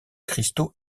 cristaux